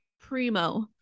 Primo